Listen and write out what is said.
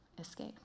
escape